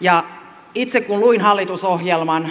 ja itse kun luin hallitusohjelman